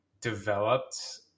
developed